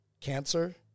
cancer